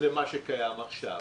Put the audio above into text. למה שקיים עכשיו.